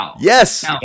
Yes